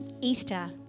Easter